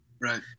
Right